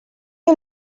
you